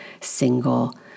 single